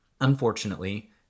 Unfortunately